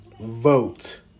Vote